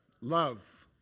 Love